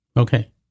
Okay